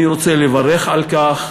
אני רוצה לברך על כך.